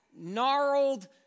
gnarled